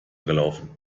gelaufen